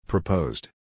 Proposed